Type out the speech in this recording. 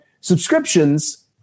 Subscriptions